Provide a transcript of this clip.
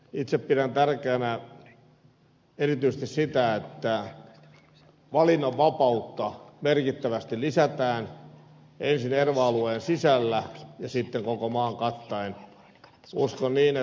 itse pidän tärkeänä erityisesti sitä että valinnanvapautta merkittävästi lisätään ensin erva alueen sisällä ja sitten koko maan kattaen